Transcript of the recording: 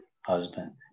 husband